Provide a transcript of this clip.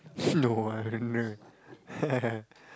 no I've no